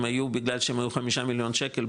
הם היו בגלל שהם היו חמישה מיליון שקל,